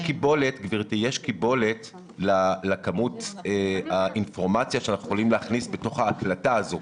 יש קיבולת לכמות האינפורמציה שאנחנו יכולים להכניס לתוך ההקלטה הזאת.